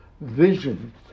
vision